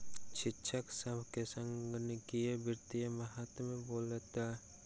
शिक्षक सभ के संगणकीय वित्तक महत्त्व बतौलैन